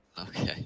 Okay